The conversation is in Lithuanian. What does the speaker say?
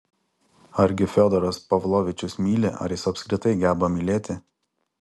argi fiodoras pavlovičius myli ar jis apskritai geba mylėti